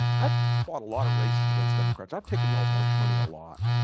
i've fought a lot of races against democrats i've taken your lunch money a lot